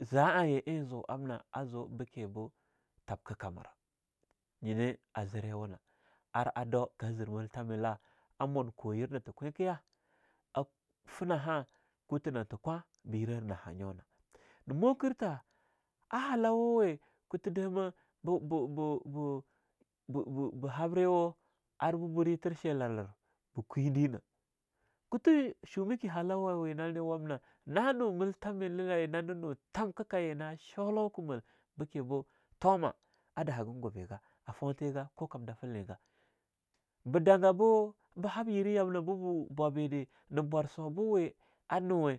Zah a ye eing a zoo amna azo bekeboo tabkakamira nyine a zerewuna ar a do ka zir miltha melah a munka kou yir nathe kwe kiya, a fenaha kutha natha kwei biyirara nahanyo na. Na mokir tha a hallowawe kuthedama bo ba ba habrewa ar ba bure thel shilarla ba kwedenah, kuto shumakin hallawa we nani wamna, na no mel thamela, eing thomah dahaga gwebe ga, a fewtigah ko kam feliga. Ba daga bo ba hab yerah yamna dah be bo bwabidah na bwarsawa we a nuwe,